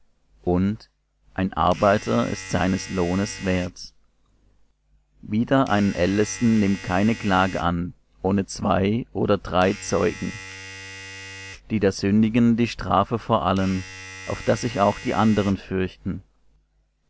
und ein arbeiter ist seines lohnes wert wider einen ältesten nimm keine klage an ohne zwei oder drei zeugen die da sündigen die strafe vor allen auf daß sich auch die andern fürchten